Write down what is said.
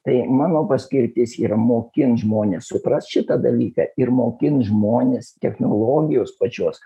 tai mano paskirtis yra mokint žmones suprast šitą dalyką ir mokint žmones technologijos pačios